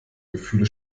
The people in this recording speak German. gefühle